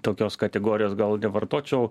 tokios kategorijos gal nevartočiau